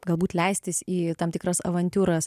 galbūt leistis į tam tikras avantiūras